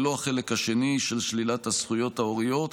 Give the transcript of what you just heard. ללא החלק השני, של שלילת הזכויות ההוריות,